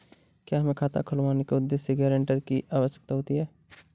क्या हमें खाता खुलवाने के उद्देश्य से गैरेंटर की आवश्यकता होती है?